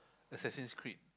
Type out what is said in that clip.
Assassin's Creed